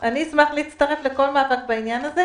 אשמח להצטרף לכל מהלך בעניין הזה,